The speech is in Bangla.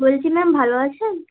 বলছি ম্যাম ভালো আছেন